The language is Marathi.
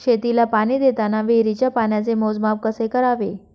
शेतीला पाणी देताना विहिरीच्या पाण्याचे मोजमाप कसे करावे?